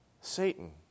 Satan